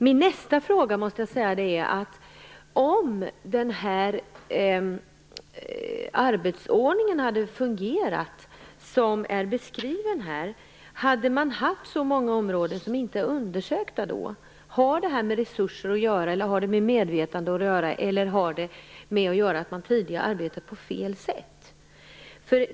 Min nästa fråga är: Om den beskrivna arbetsordningen hade fungerat hade vi då haft så många områden som inte är undersökta? Har det med resurser att göra, eller har det med medvetande att göra? Eller har det att göra med att man tidigare arbetade på fel sätt?